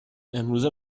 امروزه